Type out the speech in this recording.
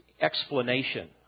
explanation